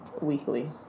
Weekly